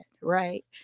right